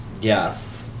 Yes